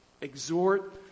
exhort